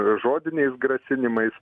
žodiniais grasinimais